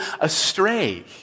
astray